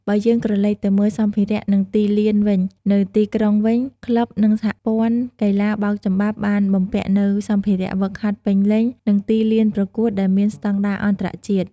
បើយើងក្រឡេកទៅមើល សម្ភារៈ និងទីលានវិញ នៅទីក្រុងវិញ ក្លឹប និងសហព័ន្ធកីឡាបោកចំបាប់បានបំពាក់នូវ សម្ភារៈហ្វឹកហាត់ពេញលេញ និងទីលានប្រកួតដែលមានស្តង់ដារអន្តរជាតិ។